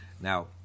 Now